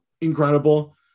incredible